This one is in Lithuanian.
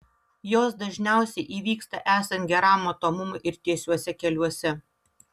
jos dažniausiai įvyksta esant geram matomumui ir tiesiuose keliuose